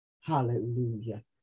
Hallelujah